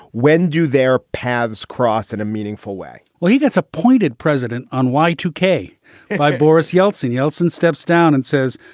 when do their paths cross in a meaningful way? well, he gets appointed president on y two k by boris yeltsin. yeltsin steps down and says,